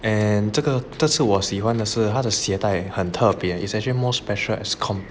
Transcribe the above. and 这个这次我喜欢的是他的鞋带很特别 is actually more special as compared